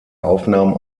aufnahmen